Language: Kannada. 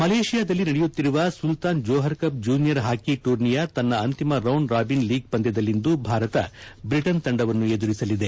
ಮಲೇಷಿಯಾದಲ್ಲಿ ನಡೆಯುತ್ತಿರುವ Sultan Johor cup junior hockey ಟೂರ್ನಿಯ ತನ್ನ ಅಂತಿಮ ರೌಂಡ್ ರಾಬಿನ್ ಲೀಗ್ ಪಂದ್ಯದಲ್ಲಿಂದು ಭಾರತ ಬ್ರಿಟನ್ ತಂಡವನ್ನು ಎದುರಿಸಲಿದೆ